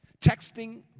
texting